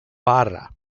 barra